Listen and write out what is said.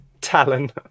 talon